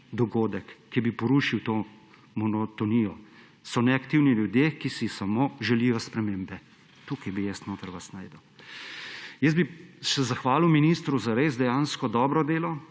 dogodek, ki bi porušil to monotonijo. So neaktivni ljudje, ki si samo želijo spremembe. Tukaj bi vas jaz notri našel. Jaz bi se zahvalil ministru za dejansko res dobro delo,